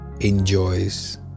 enjoys